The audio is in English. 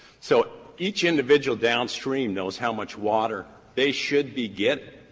so each individual downstream knows how much water they should be getting.